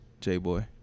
J-Boy